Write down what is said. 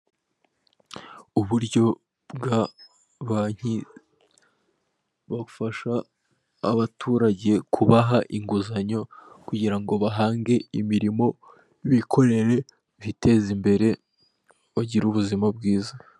Uburyo bwa banki bafasha abaturage kubaha inguzanyo kugira ngo bahange imirimo bikorere, biteza imbere, bagire ubuzima bwiza.